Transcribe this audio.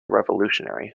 revolutionary